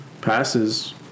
passes